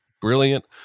brilliant